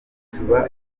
tuba